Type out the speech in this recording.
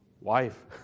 wife